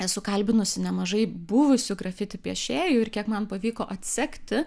esu kalbinusi nemažai buvusių grafiti piešėjų ir kiek man pavyko atsekti